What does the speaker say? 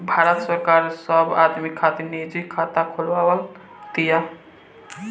भारत सरकार सब आदमी खातिर निजी खाता खोलवाव तिया